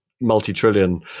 multi-trillion